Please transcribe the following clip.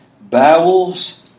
bowels